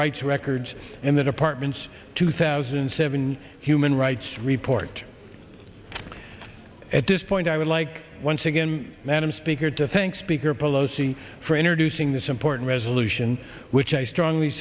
rights records in the department's two thousand and seven human rights report at this point i would like once again madam speaker to thank speaker pelosi for introducing this important resolution which i strongly